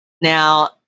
Now